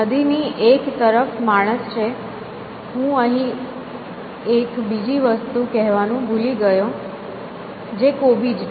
નદીની એક તરફ એક માણસ છે હું એક બીજી વસ્તુ કહેવાનું ભૂલી ગયો જે કોબી છે